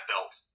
belt